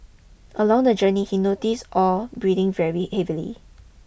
along the journey he noticed Ow breathing very heavily